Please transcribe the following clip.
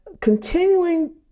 continuing